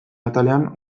atalean